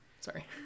Sorry